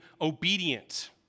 obedient